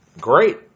Great